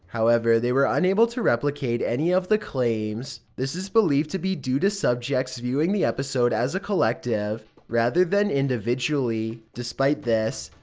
however, they were unable to replicate any of the claims. this is believed to be due to subjects viewing the episode as a collective rather than individually. despite this,